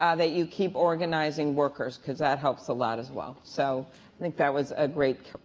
ah that you keep organizing workers because that helps a lot, as well. so i think that was a great,